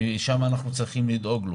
ושם אנחנו צריכים לדאוג לו.